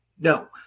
No